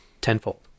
tenfold